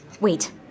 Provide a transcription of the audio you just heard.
Wait